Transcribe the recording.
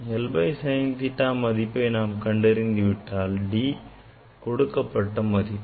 1 by sine theta மதிப்பை நாம் கண்டறிந்துவிட்டால் d கொடுக்கப்பட்ட மதிப்பு